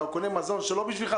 אתה קונה מזון לא בשבילך,